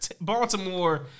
Baltimore